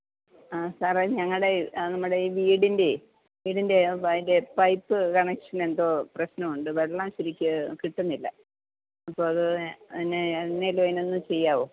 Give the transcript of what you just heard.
ആ സാറേ ഞങ്ങളുടെ നമ്മുടെ വീടിൻ്റെ വീടിൻ്റെ അതിൻ്റെ പൈപ്പ് കണക്ഷന് എന്തോ പ്രശ്നമുണ്ട് വെള്ളം ശരിക്ക് കിട്ടുന്നില്ല അപ്പോൾ അത് അതിന് എങ്ങനെലും അതിലൊന്ന് ചെയ്യാവോ